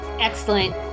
Excellent